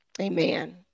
Amen